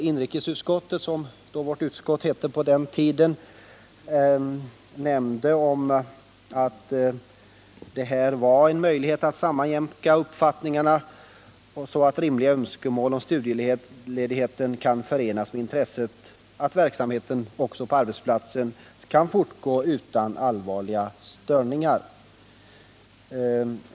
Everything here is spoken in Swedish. Inrikes utskottet, som vårt utskott hette på den tiden, nämnde att det fanns skäl att sammanjämka uppfattningar så att rimliga önskemål om studieledigheten kunde förenas med intresset att verksamheten på arbetsplatsen kunde fortgå utan allvarliga störningar.